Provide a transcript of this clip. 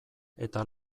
eta